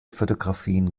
fotografien